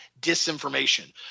disinformation